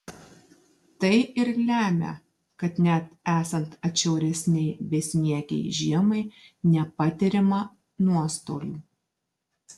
tai ir lemia kad net esant atšiauresnei besniegei žiemai nepatiriama nuostolių